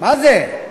מה זה?